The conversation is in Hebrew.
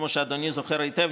כמו שאדוני זוכר היטב,